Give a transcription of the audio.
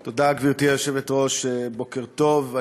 תודה, גברתי היושבת-ראש, בוקר טוב.